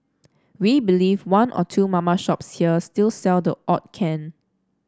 we believe one or two mama shops here still sell the odd can